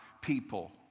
people